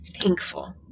thankful